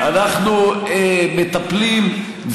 אנחנו מטפלים,